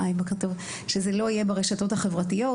שזה לא יהיה ברשתות החברתיות.